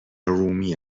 رومی